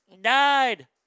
Died